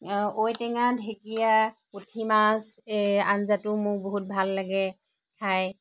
ঔটেঙা ঢেকীয়া পুঠি মাছ আঞ্জাটো মোৰ বহুত ভাল লাগে খায়